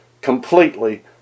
completely